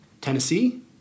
Tennessee